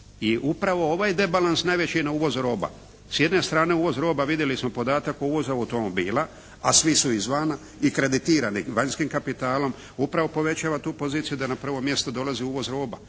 i upravo ovaj rebalans najveći na uvoz roba. S jedne strane uvoz roba vidjeli smo podatak uvoza automobila, a svi su izvana i kreditiranih vanjskim kapitalom, upravo povećava tu poziciju da na prvo mjesto dolazi uvoz roba.